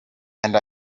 and